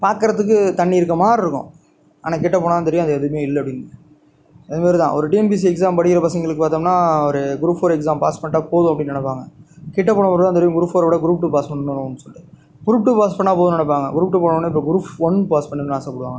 பார்க்கறத்துக்கு தண்ணி இருக்க மாதிரி இருக்கும் ஆனால் கிட்ட போனால் தான் தெரியும் அது எதுமே இல்லை அப்படின்னு அதுமாரி தான் ஒரு டிஎன்பிசி எக்ஸாம் படிக்கிற பசங்களுக்கு பார்த்தோம்னா ஒரு குரூப் ஃபோர் எக்ஸாம் பாஸ் பண்ணிட்டால் போதும் அப்படின்னு நினப்பாங்க கிட்ட போன பிறகு தான் தெரியுது குரூப் ஃபோரை விட குரூப் டூ பாஸ் பண்ணணும் சொல்லி குரூப் டூ பாஸ் பண்ணால் போதுன்னு நினப்பாங்க குரூப் டூ போனவொடனே இப்போ குரூப் ஒன் பாஸ் பண்ணணுன்னு ஆசைப்படுவாங்க